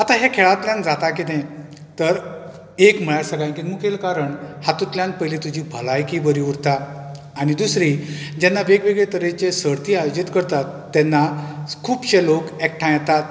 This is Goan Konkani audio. आतां हें खेळांतल्यान जाता कितें तर एक मळ्यार सगळ्यांकीन मुखेल कारण हातूंतल्यान पयलें तुजी भलायकी बरी उरता आनी दुसरी जेन्ना वेगवेगळे तरेचे सर्ती आयोजीत करतात तेन्ना खुबशें लोक एकठांय येतात